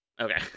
Okay